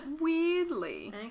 Weirdly